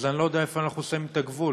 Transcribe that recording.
אז אני לא יודע איפה אנחנו שמים את הגבול.